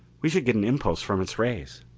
we should get an impulse from its rays.